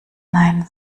nein